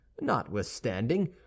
notwithstanding